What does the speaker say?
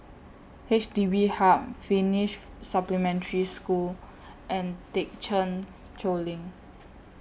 H D B Hub Finnish Supplementary School and Thekchen Choling